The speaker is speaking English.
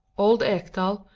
old ekdal,